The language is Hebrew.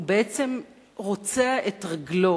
הוא בעצם רוצע את רגלו